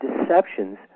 deceptions